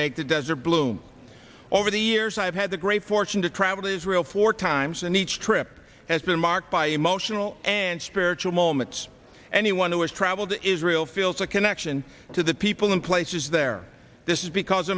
make the desert bloom over the years i have had the great fortune to travel to israel four times and each trip has been marked by emotional and spiritual moments anyone who has traveled to israel feels a connection to the people and places there this is because